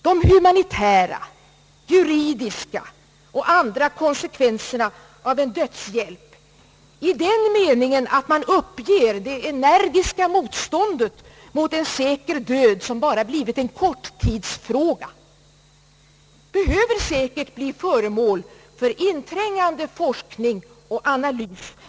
De humanitära, juridiska och andra konsekvenserna av en dödshjälp, i den meningen att man uppger det energiska motståndet mot en säker död, som bara blivit en korttidsfråga, behöver säkert bli föremål för inträngande forskning och analys.